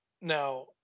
now